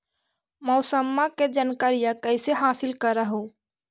मौसमा के जनकरिया कैसे हासिल कर हू?